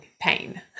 pain